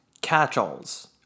catch-alls